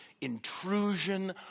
intrusion